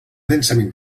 densament